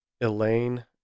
Elaine